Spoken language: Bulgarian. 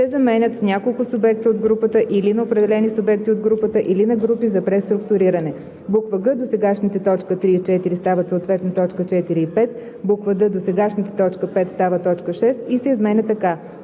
се заменят с „няколко субекта от групата, или на определени субекти от групата, или на групи за преструктуриране“; г) досегашните т. 3 и 4, стават съответно т. 4 и 5; д) досегашната т. 5 става т. 6 и се изменя така: